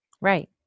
Right